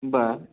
बरं